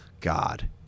God